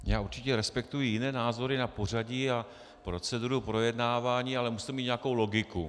Já určitě respektuji jiné názory na pořadí a proceduru projednávání, ale musí to mít nějakou logiku.